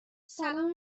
سلام